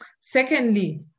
Secondly